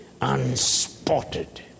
Unspotted